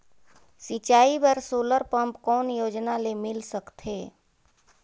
सिंचाई बर solar pump कौन योजना ले मिल सकथे?